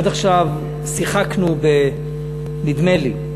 עד עכשיו שיחקנו בנדמה לי.